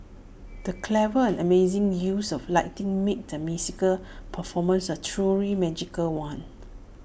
the clever and amazing use of lighting made the musical performance A truly magical one